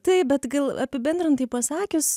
taip bet gal apibendrintai pasakius